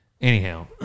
Anyhow